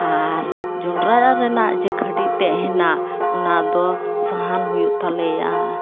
ᱟᱨ ᱡᱚᱱᱰᱨᱟ ᱨᱮᱱᱟᱜ ᱡᱮ ᱠᱷᱟᱹᱲᱤ ᱛᱮᱫ ᱦᱮᱱᱟᱜ ᱚᱱᱟ ᱫᱚ ᱥᱟᱦᱟᱱ ᱦᱩᱭᱩᱜ ᱛᱟᱞᱮᱭᱟ